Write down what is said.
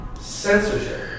censorship